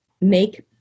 make